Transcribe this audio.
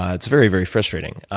ah it's very, very frustrating.